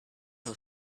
who